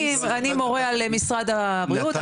אני מורה על משרד הבריאות,